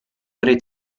avrei